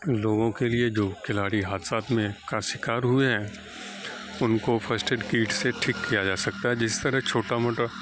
لوگوں کے لیے جو کھلاڑی حادثات میں کا شکار ہوئے ہیں ان کو فرسٹ ایڈ کیٹ سے ٹھیک کیا جا سکتا ہے جس طرح چھوٹا موٹا